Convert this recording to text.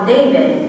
David